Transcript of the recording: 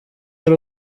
ari